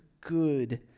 good